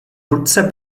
prudce